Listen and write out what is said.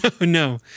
no